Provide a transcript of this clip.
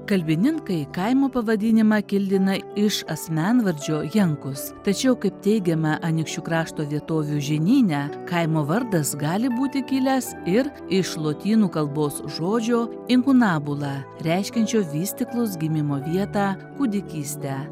kalbininkai kaimo pavadinimą kildina iš asmenvardžio jankus tačiau kaip teigiama anykščių krašto vietovių žinyne kaimo vardas gali būti kilęs ir iš lotynų kalbos žodžio inkunabula reiškiančio vystyklus gimimo vietą kūdikystę